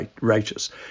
righteous